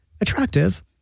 attractive